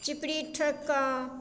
चिपरी ठोकि कऽ